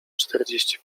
czterdzieści